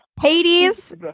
Hades